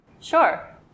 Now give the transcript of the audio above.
Sure